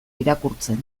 irakurtzen